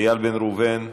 איל בן ראובן,